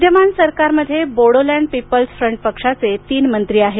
विद्यमान सरकारमध्ये Bodoland People's Front पक्षाचे तीन मंत्री आहेत